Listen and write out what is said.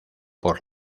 por